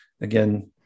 again